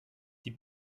die